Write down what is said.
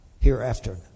Hereafter